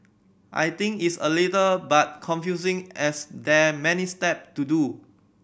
I think it's a little but confusing as there many step to do